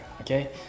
Okay